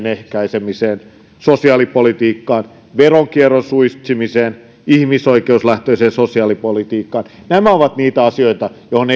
ehkäisemiseen sosiaalipolitiikkaan veronkierron suitsimiseen ihmisoikeuslähtöiseen sosiaalipolitiikkaan nämä ovat niitä asioita joihin